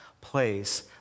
place